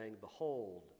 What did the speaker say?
Behold